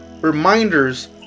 reminders